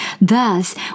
Thus